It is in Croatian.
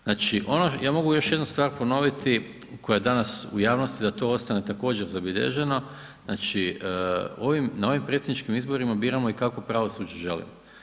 Znači ono, ja mogu još jednu stvar ponoviti koja je danas u javnosti da to ostane također zabilježeno, znači na ovim predsjedničkim izborima biramo i kakvo pravosuđe želimo.